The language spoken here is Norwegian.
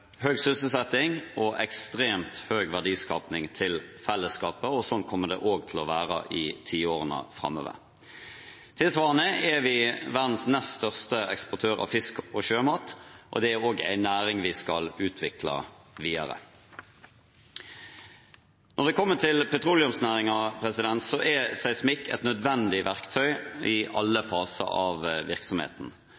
høy sysselsetting og ekstremt høy verdiskaping til fellesskapet, og sånn kommer det også til å være i tiårene framover. Tilsvarende er vi verdens nest største eksportør av fisk og sjømat, og det er også en næring vi skal utvikle videre. Når det kommer til petroleumsnæringen, er seismikk et nødvendig verktøy i alle